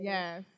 Yes